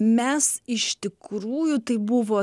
mes iš tikrųjų tai buvo